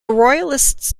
royalists